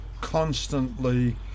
constantly